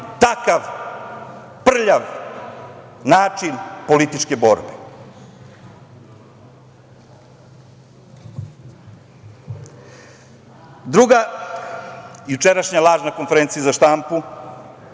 takav prljav način političke borbe? Druga jučerašnja laž na konferenciji za štampu